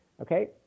Okay